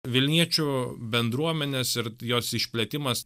vilniečių bendruomenės ir jos išplėtimas